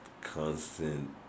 constant